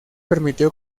permitió